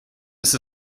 ist